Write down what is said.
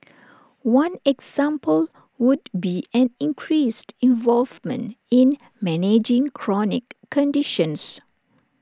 one example would be an increased involvement in managing chronic conditions